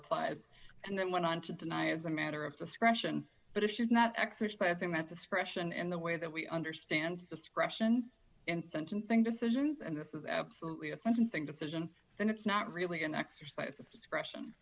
applies and then went on to deny as a matter of discretion but if she's not exercising that discretion in the way that we understand discretion in sentencing decisions and this is absolutely a sentencing decision then it's not really an exercise of discretion